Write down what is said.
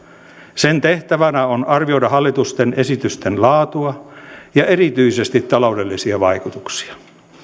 sen tehtävänä on arvioida hallitusten esitysten laatua ja erityisesti taloudellisia vaikutuksia